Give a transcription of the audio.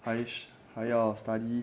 还要 study